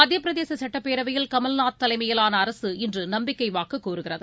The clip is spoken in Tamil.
மத்தியப் பிரதேச சுட்டப்பேரவையில் கமல்நாத் தலைமையிலான அரசு இன்று நம்பிக்கை வாக்கு கோருகிறது